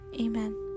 amen